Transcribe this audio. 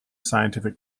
scientific